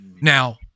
Now